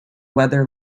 weather